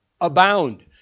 abound